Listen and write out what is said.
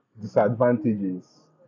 disadvantages